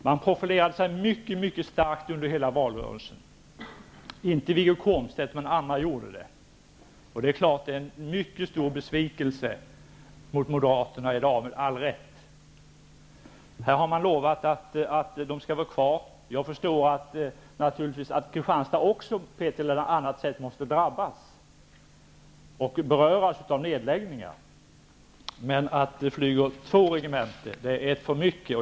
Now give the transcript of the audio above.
Man profilerade sig mycket, mycket starkt under hela valrörelsen -- inte Wiggo Komstedt men andra. Det finns i dag en mycket stor besvikelse riktad mot Moderaterna, och med all rätt, eftersom man har lovat att regementena skall finnas kvar. Jag förstår naturligtvis att också Kristianstad på ett eller annat sätt måste drabbas eller beröras av nedläggningar, men när det flyger två regementen är det ett för mycket.